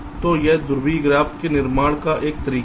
तो यह भी ध्रुवीय ग्राफ के निर्माण का एक तरीका है